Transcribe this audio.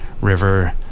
River